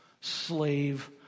slave